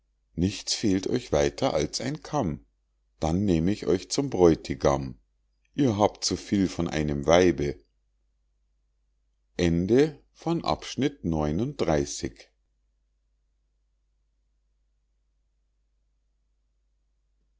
nichts fehlt euch weiter als ein kamm dann nähm ich euch zum bräutigam ihr habt zu viel von einem weibe